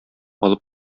алып